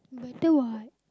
better what